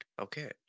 Okay